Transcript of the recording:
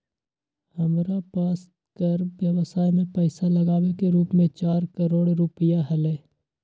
हमरा पास कर व्ययवसाय में पैसा लागावे के रूप चार करोड़ रुपिया हलय